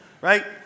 right